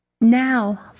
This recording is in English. Now